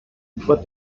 what